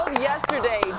Yesterday